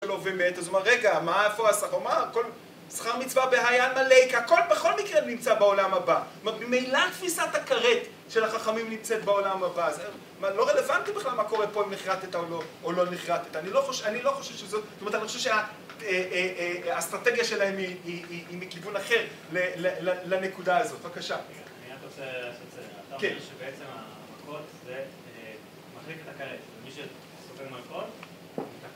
‫לא באמת, זאת אומרת, רגע, ‫מה, איפה השחרמה? ‫סחר מצווה בהיין מלא, ‫כי הכול בכל מקרה נמצא בעולם הבא. ‫ממילא תפיסת הכרת של החכמים ‫נמצאת בעולם הבא. ‫זאת אומרת, לא רלוונטי בכלל ‫מה קורה פה, אם נכרתת או לא נכרתת. ‫אני לא חושב שזאת... ‫זאת אומרת, אני חושב שהאסטרטגיה ‫שלהם היא מכיוון אחר לנקודה הזאת. ‫בבקשה. ‫-אני רק רוצה לעשות סדר. ‫אתה אומר שבעצם המקור זה... ‫מחליק את הכרת. ‫מי ‫שסופר מכות.